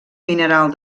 mineral